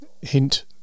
hint